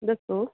ਦੱਸੋ